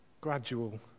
gradual